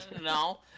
No